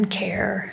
care